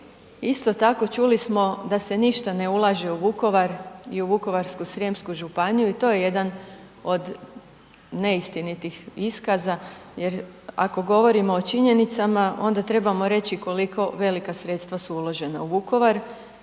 Isto tako čuli smo da se ništa ne ulaže u Vukovar i u Vukovarsku-srijemsku županiju i to je jedan od neistinitih iskaza, jer ako govorimo o činjenicama onda trebamo reći koliko velika sredstava su uložena u Vukovar.